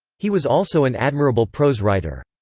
he was also an admirable prose writer.